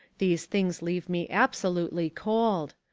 these things leave me absolutely cold.